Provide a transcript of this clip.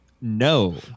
No